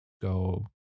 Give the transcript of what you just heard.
go